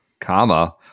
comma